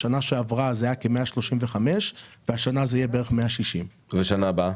בשנה שעברה זה היה כ-135 והשנה זה יהיה בערך 160. ושנה הבאה?